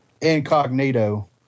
incognito